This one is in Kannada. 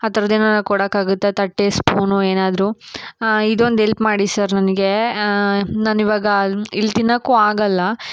ಆ ಥರದ್ದು ಏನಾರು ಕೊಡಕೆ ಆಗುತ್ತಾ ತಟ್ಟೆ ಸ್ಪೂನು ಏನಾದರೂ ಇದೊಂದು ಎಲ್ಪ್ ಮಾಡಿ ಸರ್ ನನಗೆ ನಾನು ಇವಾಗ ಇಲ್ಲಿ ತಿನ್ನೋಕು ಆಗಲ್ಲ